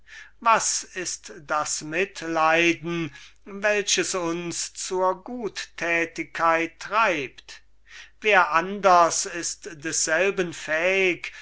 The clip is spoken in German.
was ist das mitleiden welches uns zur guttätigkeit treibt wer anders ist desselben fähig